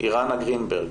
אירנה גרינברג,